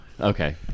Okay